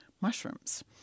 mushrooms